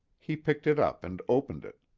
he picked it up and opened it.